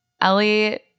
Ellie